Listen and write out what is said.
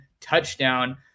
touchdown